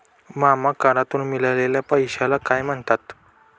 मामा करातून मिळालेल्या पैशाला काय म्हणतात?